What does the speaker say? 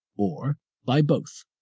or by both.